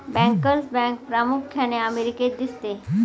bankers bank प्रामुख्याने अमेरिकेत दिसते